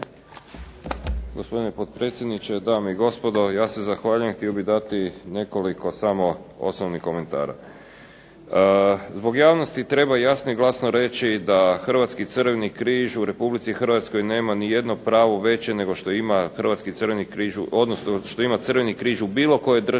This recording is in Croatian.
Gospodine potpredsjedniče, dame i gospodo. Ja se zahvaljujem, htio bih dati nekoliko samo osobnih komentara. Zbog javnosti treba jasno i glasno reći da Hrvatski Crveni križ u RH nema ni jedno pravo veće nego što ima Hrvatski Crveni križ,